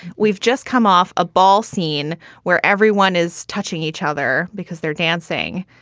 we've just come off a ball scene where everyone is touching each other because they're dancing.